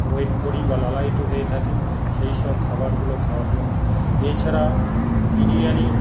wait করি বা লালায়িত হয়ে থাকি সেইসব খাবারগুলো খাওয়ার জন্য এছাড়া বিরিয়ানি